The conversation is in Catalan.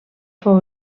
fou